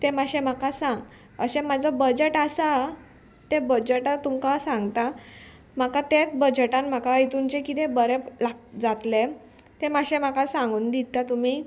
तें मातशें म्हाका सांग अशें म्हाजो बजट आसा तें बजटा तुमकां सांगता म्हाका तेत बजटान म्हाका हितून जें किदें बरें जातलें तें मातशें म्हाका सांगून दिता तुमी